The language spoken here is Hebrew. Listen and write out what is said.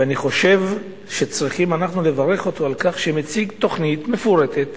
ואני חושב שאנחנו צריכים לברך אותו על כך שהוא מציג תוכנית מפורטת